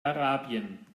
arabien